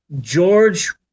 George